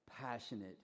passionate